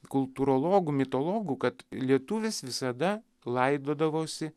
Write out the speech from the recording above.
kultūrologų mitologų kad lietuvis visada laidodavosi